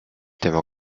tema